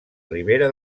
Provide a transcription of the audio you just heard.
ribera